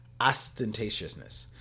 ostentatiousness